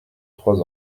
trois